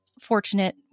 fortunate